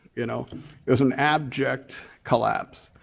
you know it was an abject collapse,